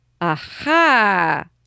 aha